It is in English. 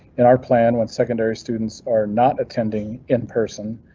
in our plan, when secondary students are not attending in person,